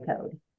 code